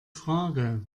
frage